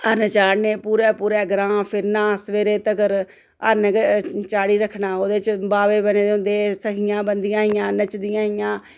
हरन चाढ़ने पूरे पूरे ग्रांऽ फिरना सवेरे तगर हरन गै चाढ़ी रक्खना ओह्दे च बाबे बने दे होंदे हे सखियां बनदियां हियां नच्चदियां हियां